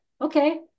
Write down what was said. okay